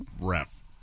ref